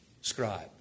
scribe